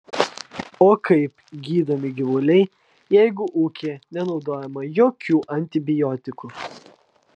o kaip gydomi gyvuliai jeigu ūkyje nenaudojama jokių antibiotikų